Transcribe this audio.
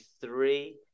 three